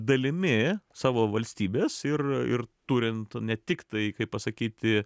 dalimi savo valstybės ir ir turint ne tik tai kaip pasakyti